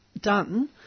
done